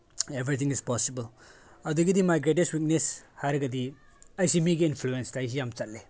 everything is possible ꯑꯗꯒꯤꯗꯤ my greatest weakness ꯍꯥꯏꯔꯒꯗꯤ ꯑꯩꯁꯤ ꯃꯤꯒꯤ ꯏꯟꯐ꯭ꯂꯨꯋꯦꯟꯁꯇ ꯑꯩꯁꯤ ꯌꯥꯝ ꯆꯠꯂꯤ